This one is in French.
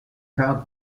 cadres